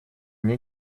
мне